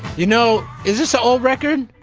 you know, is this a old record?